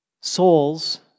souls